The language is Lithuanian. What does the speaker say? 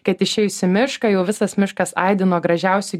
kad išėjus į mišką jau visas miškas aidi nuo gražiausių